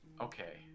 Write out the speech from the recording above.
Okay